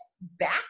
back